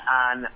on